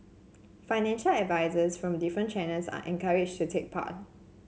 financial advisers from different channels are encouraged to take part